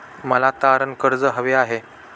मला तारण कर्ज हवे आहे